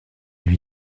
lui